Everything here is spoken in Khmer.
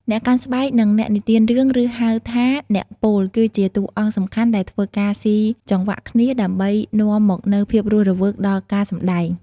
អ្នកកាន់ស្បែក និងអ្នកនិទានរឿង ឬហៅថា អ្នកពោល គឺជាតួអង្គសំខាន់ដែលធ្វើការស៊ីចង្វាក់គ្នាដើម្បីនាំមកនូវភាពរស់រវើកដល់ការសម្តែង។